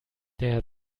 der